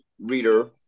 reader